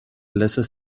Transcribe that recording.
lesser